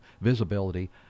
visibility